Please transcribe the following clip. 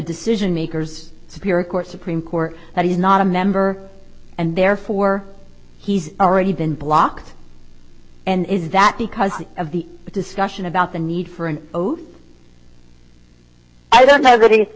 decision makers spiric or supreme court that he's not a member and therefore he's already been blocked and is that because of the discussion about the need for an oath i don't know